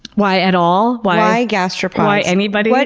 why at all? why gastropods? why anybody? but